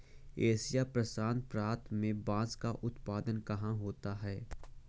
Asia प्रशांत प्रांत में बांस का उत्पादन कहाँ होता है?